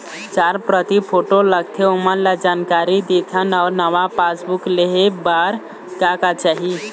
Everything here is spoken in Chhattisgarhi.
चार प्रति फोटो लगथे ओमन ला जानकारी देथन अऊ नावा पासबुक लेहे बार का का चाही?